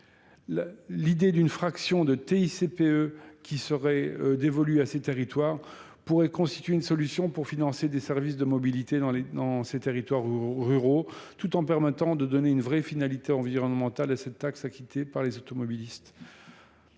L'idée d'une fraction de I C P. E qui serait dévolue à ces territoires pourraient constituer une solution pour financer des services de mobilité dans ces territoires ruraux tout en permettant de donner une vraie finalité environnementale à cette taxe acquittée par les automobilistes.